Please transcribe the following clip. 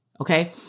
okay